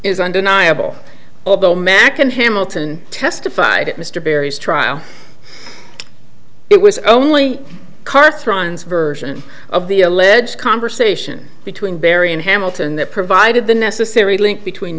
is undeniable although makan hamilton testified at mr barry's trial it was only carts runs version of the alleged conversation between barry and hamilton that provided the necessary link between